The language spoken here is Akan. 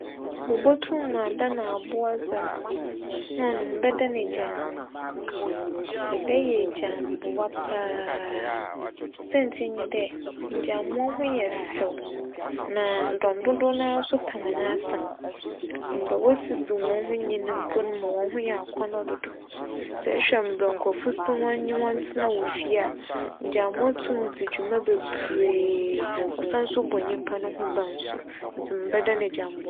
Mobotum adan abowa dze a, nna ͻno mebɛdan egyinambowa. Mebɛyɛ egyinambowa paa siantsir nye dɛ ngyinambowa ho yɛ fɛw na ndͻm dodow noara so pɛ hͻn asɛm. Mbrɛ wosi dzi hͻn ho nyi no mpo ma hͻn ho yɛ akͻnͻ dodow. Sɛ ehwɛ mbrɛ nkorͻfo si nye hͻn tsena wͻ fie a, ngyinambowa tum dzi dwuma beberee, wͻsan so bͻ nyimpa ho ban so ntsi mebɛdan egyinambowa.